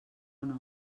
home